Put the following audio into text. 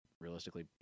realistically –